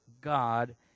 God